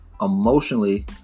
emotionally